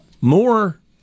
more